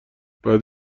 بعد